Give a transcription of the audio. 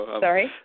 Sorry